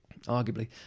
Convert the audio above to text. Arguably